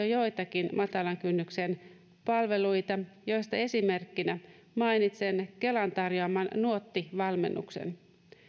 joitakin matalan kynnyksen palveluita joista esimerkkinä mainitsen kelan tarjoaman nuotti valmennuksen